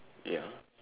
ya